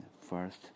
First